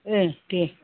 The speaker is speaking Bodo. ओं दे